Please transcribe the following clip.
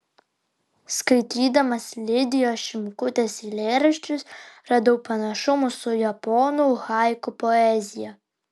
skaitydamas lidijos šimkutės eilėraščius radau panašumų su japonų haiku poezija